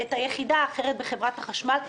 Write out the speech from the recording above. ואת היחידה האחרת בחברת החשמל.